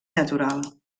natural